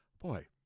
Boy